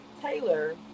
Taylor